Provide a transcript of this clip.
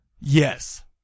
Yes